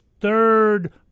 third